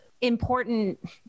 important